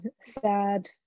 sad